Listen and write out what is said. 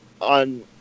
on